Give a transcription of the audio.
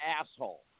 asshole